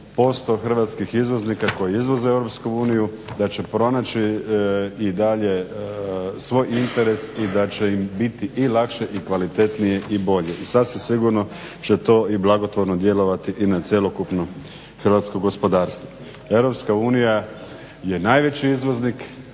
60% hrvatskih izvoznika koji izvoze u Europske uniju da će pronaći i dalje svoj interes i da će im biti i lakše i kvalitetnije i bolje i sasvim sigurno će to i blagotvorno djelovati i na cjelokupno hrvatsko gospodarstvo. Europska unija je najveći izvoznik